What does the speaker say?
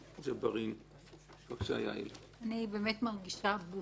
אני מרגישה בושה